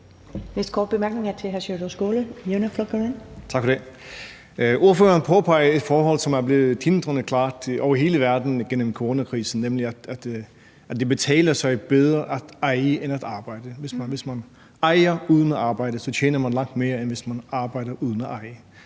Næste korte bemærkning er til hr. Sjúrður Skaale, Javnaðarflokkurin. Kl. 14:57 Sjúrður Skaale (JF): Tak for det. Ordføreren påpegede et forhold, som er blevet tindrende klart over hele verden gennem coronakrisen, nemlig at det betaler sig bedre at eje end at arbejde. Hvis man ejer uden at arbejde, tjener man langt mere, end hvis man arbejder uden at eje,